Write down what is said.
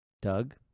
Doug